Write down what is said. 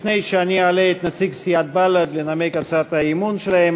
לפני שאני אעלה את נציג סיעת בל"ד לנמק את הצעת האי-אמון שלה,